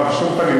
לא, בשום פנים.